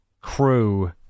crew